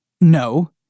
no